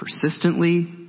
Persistently